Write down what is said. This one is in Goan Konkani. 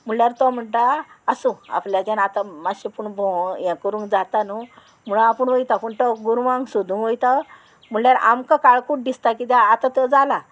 म्हणल्यार तो म्हणटा आसूं आपल्याच्यान आतां मातशें पूण भोंवो हें करूंक जाता न्हू म्हुणू आपूण वयता पूण तो गोरवांक सोदूंक वयता म्हणल्यार आमकां काळकूट दिसता कित्याक आतां तो जाला